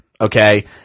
Okay